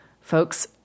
folks